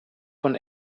von